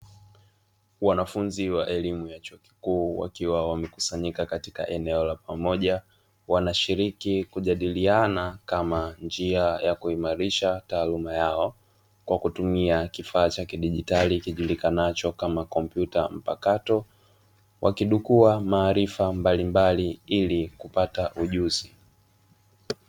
Wanafunzi wa elimu ya chuo kikuu wakiwa wamekusanyika katika eneo la pamoja; wanashiriki kujadiliana kama njia ya kuimarisha taaluma yao kwa kutumia kifaa cha kidigitali kijulikanacho kama kompyuta mpakato, wakidukua maarifa mbalimbali ili kupata ujuzi.